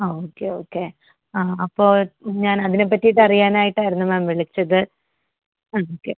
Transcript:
ആ okay okay ആ അപ്പോൾ ഞാൻ അതിനെ പറ്റിയിട്ട് അറിയാനായിട്ടായിരുന്നു മാം വിളിച്ചത് ഒക്കെ